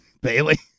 Bailey